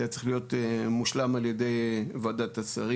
זה היה צריך להיות מושלם על ידי ועדת השרים,